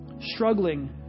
Struggling